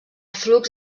flux